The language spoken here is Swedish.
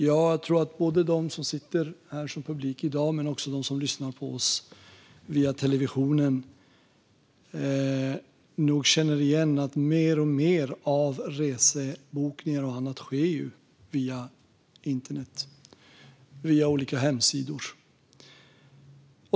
Jag tror att både de som sitter här som publik i dag och de som lyssnar på oss via televisionen nog känner igen att mer och mer av resebokningar och annat sker via internet och olika hemsidor.